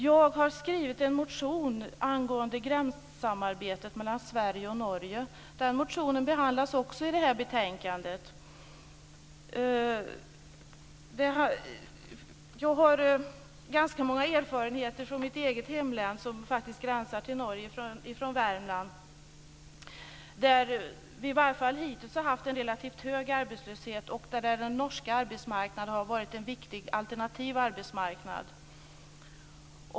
Jag har skrivit en motion angående gränssamarbetet mellan Sverige och Norge. Den motionen behandlas också i betänkandet. Jag har ganska många erfarenheter från mitt eget hemlän Värmland som gränsar till Norge. Vi har hittills haft en relativt hög arbetslöshet, och den norska arbetsmarknaden har varit en viktig alternativ arbetsmarknad.